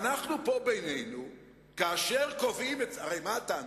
מה הטענה,